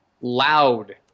loud